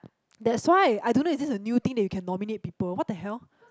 that's why I don't know is it a new thing that you can nominate people what the hell